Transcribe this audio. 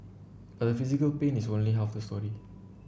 but the physical pain is only half the story